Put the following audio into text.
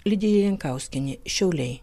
lidija jankauskienė šiauliai